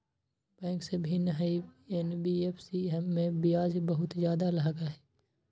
Bank से भिन्न हई एन.बी.एफ.सी इमे ब्याज बहुत ज्यादा लगहई?